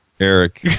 eric